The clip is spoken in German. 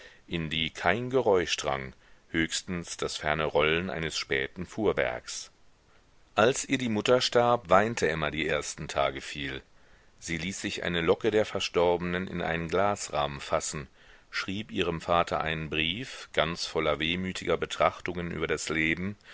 in die kein geräusch drang höchstens das ferne rollen eines späten fuhrwerks als ihr die mutter starb weinte emma die ersten tage viel sie ließ sich eine locke der verstorbenen in einen glasrahmen fassen schrieb ihrem vater einen brief ganz voller wehmütiger betrachtungen über das leben